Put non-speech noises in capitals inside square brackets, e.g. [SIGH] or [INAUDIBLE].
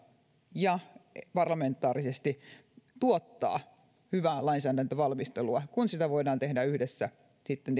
ja parlamentaarisesti tuottaa hyvää lainsäädäntövalmistelua kun sitä voidaan tehdä yhdessä tietenkin sitten [UNINTELLIGIBLE]